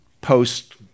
post